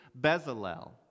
Bezalel